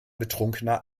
betrunkener